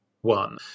one